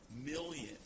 million